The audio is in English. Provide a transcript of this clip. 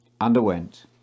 underwent